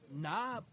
Nah